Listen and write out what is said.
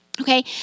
Okay